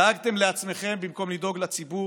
דאגתם לעצמכם במקום לדאוג לציבור.